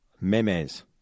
Memes